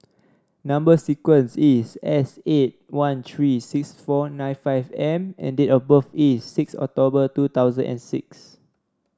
number sequence is S eight one three six four nine five M and date of birth is six October two thousand and six